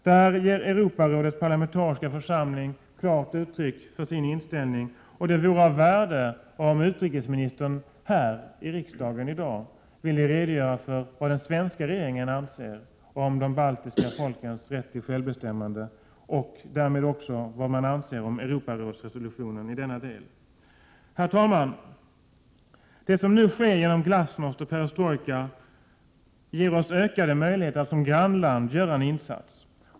Där ger Europarådets parlamentariska församling klart uttryck för sin inställning, och det vore av värde om utrikesministern här i riksdagen i dag ville redogöra för vad den svenska regeringen anser om de baltiska folkens rätt till självbestämmande och därmed också vad regeringen anser om Europarådsresolutionen i denna del. Herr talman! Det som nu sker genom glasnost och perestrojka ger oss ökade möjligheter att som grannland göra en insats.